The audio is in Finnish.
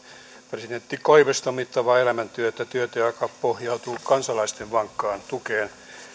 presidentti koiviston mittavaa elämäntyötä työtä joka pohjautuu kansalaisten vankkaan tukeen